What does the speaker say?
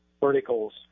verticals